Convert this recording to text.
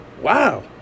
Wow